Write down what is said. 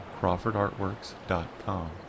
CrawfordArtworks.com